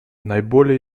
наиболее